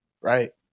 right